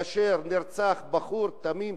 כאשר נרצח בחור תמים,